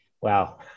Wow